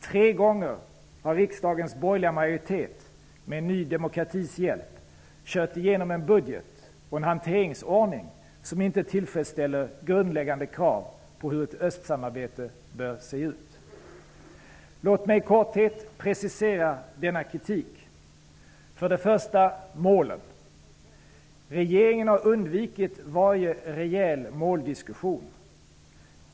Tre gånger har riksdagens borgerliga majoritet, med Ny demokratis hjälp, drivit igenom en budget och en hanteringsordning som inte tillfredsställer grundläggande krav på hur ett östsamarbete bör se ut. Låt mig i korthet precisera denna kritik. 1. Målen: Regeringen har undvikit varje rejäl måldiskussion.